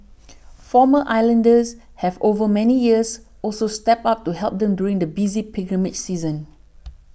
former islanders have over many years also stepped up to help them during the busy pilgrimage season